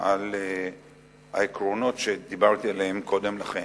על העקרונות שדיברתי עליהם קודם לכן.